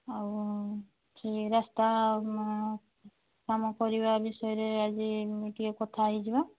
ଆଉ ସେ ରାସ୍ତା କାମ କରିବା ବିଷୟରେ ଆଜି ଟିକିଏ କଥା ହୋଇଯିବା